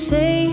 Say